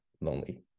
lonely